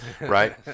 right